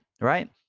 right